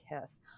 kiss